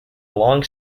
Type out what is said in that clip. long